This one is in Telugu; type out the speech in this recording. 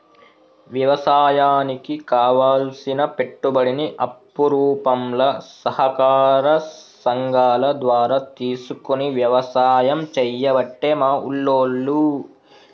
వ్యవసాయానికి కావలసిన పెట్టుబడిని అప్పు రూపంల సహకార సంగాల ద్వారా తీసుకొని వ్యసాయం చేయబట్టే మా ఉల్లోళ్ళు